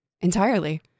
Entirely